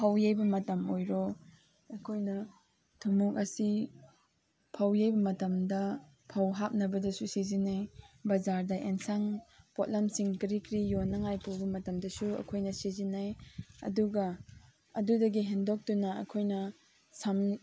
ꯐꯧ ꯌꯩꯕ ꯃꯇꯝ ꯑꯣꯏꯔꯣ ꯑꯩꯈꯣꯏꯅ ꯊꯨꯝꯃꯣꯛ ꯑꯁꯤ ꯐꯧ ꯌꯩꯕ ꯃꯇꯝꯗ ꯐꯧ ꯍꯥꯞꯅꯕꯗꯁꯨ ꯁꯤꯖꯤꯟꯅꯩ ꯕꯖꯥꯔꯗ ꯑꯦꯟꯁꯥꯡ ꯄꯣꯠꯂꯝꯁꯤꯡ ꯀꯔꯤ ꯀꯔꯤ ꯌꯣꯟꯅꯉꯥꯏ ꯄꯨꯕ ꯃꯇꯝꯗꯁꯨ ꯑꯩꯈꯣꯏꯅ ꯁꯤꯖꯤꯟꯅꯩ ꯑꯗꯨꯒ ꯑꯗꯨꯗꯒꯤ ꯍꯦꯟꯗꯣꯛꯇꯨꯅ ꯑꯩꯈꯣꯏꯅ ꯁꯝ